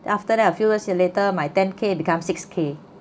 after that a few years later my ten K becomes six K